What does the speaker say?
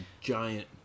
giant